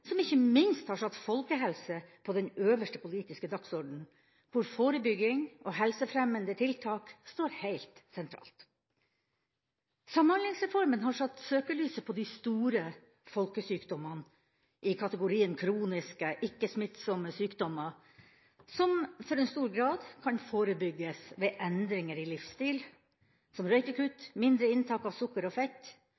som ikke minst har satt folkehelse på den øverste politiske dagsorden, hvor forebygging og helsefremmende tiltak står heilt sentralt. Samhandlingsreformen har satt søkelyset på de store folkesykdommene i kategorien kroniske, ikke-smittsomme sykdommer, som i stor grad kan forebygges ved endringer i livsstil som røykekutt,